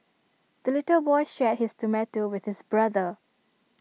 the little boy shared his tomato with his brother